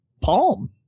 Palm